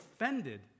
offended